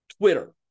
Twitter